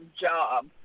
job